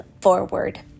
forward